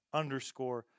underscore